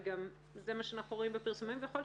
וגם זה מה שאנחנו רואים בפרסומים ויכול להיות